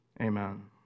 Amen